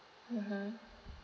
mmhmm